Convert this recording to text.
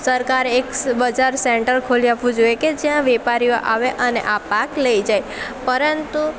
સરકાર એક બજાર સેન્ટર ખોલી આપવું જોઈએ કે જ્યાં વેપારીઓ આવે અને આ પાક લઈ જાય પરંતુ